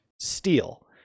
steal